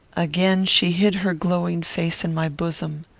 again she hid her glowing face in my bosom.